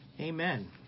Amen